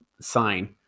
sign